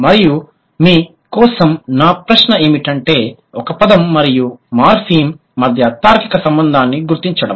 మరియు మీ కోసం నా ప్రశ్న ఏమిటంటే ఒక పదం మరియు మార్ఫిమ్ మధ్య తార్కిక సంబంధాన్ని గుర్తించడం